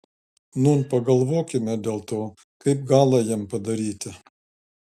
nūn pagalvokime dėl to kaip galą jam padaryti